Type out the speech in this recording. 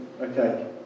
okay